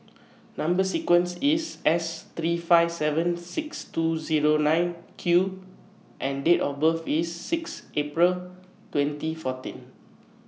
Number sequence IS S three five seven six two Zero nine Q and Date of birth IS six April twenty fourteen